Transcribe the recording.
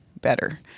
better